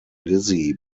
lizzy